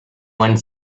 one